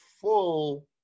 full